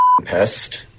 pest